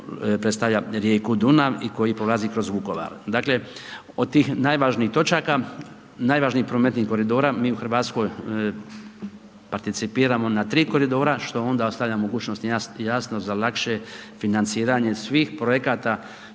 predstavlja rijeku Dunav i koji prolazi kroz Vukovar. Dakle, od tih najvažnijih točaka, najvažnijih prometnih koridora, mi u RH participiramo na 3 koridora, što onda ostavlja mogućnost i na jasno, za lakše financiranje svih projekata